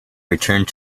returned